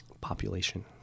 population